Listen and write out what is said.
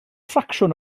ffracsiwn